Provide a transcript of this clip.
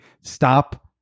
Stop